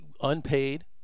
unpaid